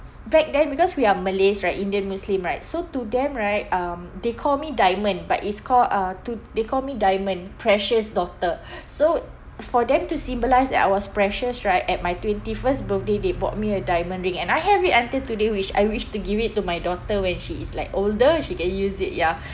back then because we are malays right indian muslim right so to them right um they call me diamond but it's called uh to they call me diamond precious daughter so for them to symbolise that I was precious right at my twenty first birthday they bought me a diamond ring and I have it until today which I wish to give it to my daughter when she is like older she can use it ya